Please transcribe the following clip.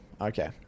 okay